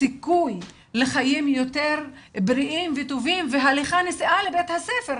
סיכוי לחיים יותר בריאים וטובים והליכה ונסיעה לבית הספר,